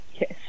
Yes